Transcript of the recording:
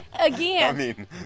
again